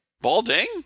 Balding